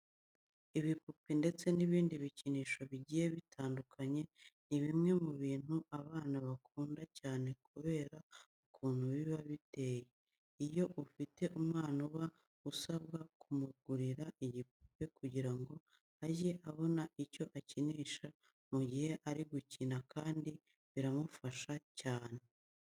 Ibipupe ndetse n'ibindi bikinisho bigiye bitandukanye ni bimwe mu bintu abana bakunda cyane kubera ukuntu biba biteye. Iyo ufite umwana uba usabwa kumugurira igipupe kugira ngo ajye abona icyo akinisha mu gihe ari gukina kandi biramufasha cyane.